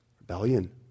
rebellion